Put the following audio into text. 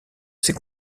ses